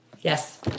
Yes